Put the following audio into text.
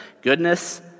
goodness